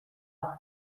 放弃